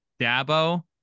Dabo